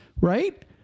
right